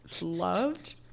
loved